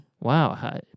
Wow